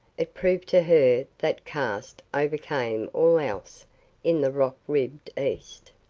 it proved to her that caste overcame all else in the rock-ribbed east.